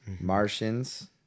martians